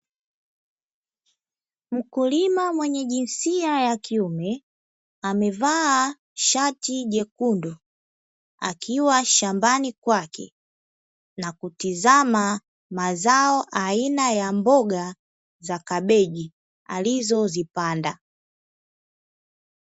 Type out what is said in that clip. Mkulima mwenye jinsia ya kiume amevaa shati jekundu akiwa shambani kwake na kutazama mazao aina ya mboga za kabeji alizozipanda.